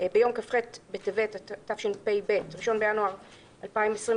ביום כ"ח בטבת התשפ"ב (1 בינואר 2022),